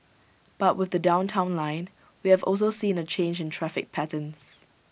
but with the downtown line we have also seen A change in traffic patterns